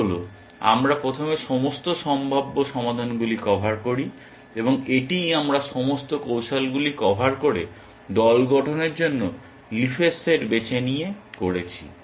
তা হল আমরা প্রথমে সমস্ত সম্ভাব্য সমাধানগুলি কভার করি এবং এটিই আমরা সমস্ত কৌশলগুলি কভার করে দল গঠনের জন্য লিফের সেট বেছে নিয়ে করেছি